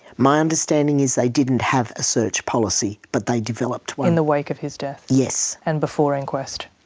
my understanding is they didn't have a search policy but they developed one. in the wake of his death. yes. and before inquest.